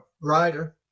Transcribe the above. writer